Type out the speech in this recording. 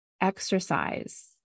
exercise